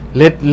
let